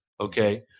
okay